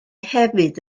hefyd